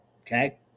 okay